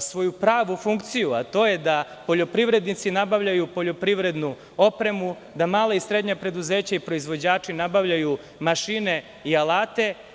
svoju pravu funkciju, a to je da poljoprivrednici nabavljaju poljoprivrednu opremu, da mala i srednja preduzeća i proizvođači nabavljaju mašine i alate.